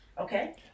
Okay